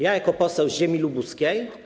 Ja jako poseł z ziemi lubuskiej.